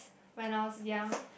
when I was young